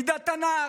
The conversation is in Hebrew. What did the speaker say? ידע תנ"ך,